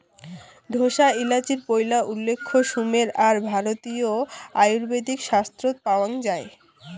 ঢোসা এ্যালাচির পৈলা উল্লেখ সুমের আর ভারতীয় আয়ুর্বেদিক শাস্ত্রত পাওয়াং যাই